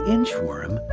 Inchworm